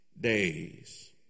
days